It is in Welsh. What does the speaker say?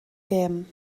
gem